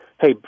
Hey